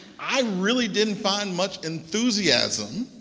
i really didn't find much enthusiasm